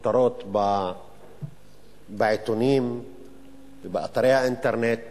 הכותרות בעיתונים ובאתרי האינטרנט